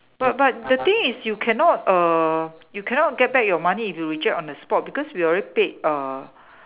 but but the thing is you cannot err you cannot get back your money if you reject on the spot because we already paid uh